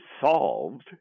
solved